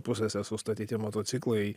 pusėse sustatyti motociklai